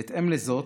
בהתאם לזאת